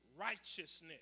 righteousness